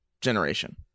generation